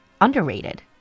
underrated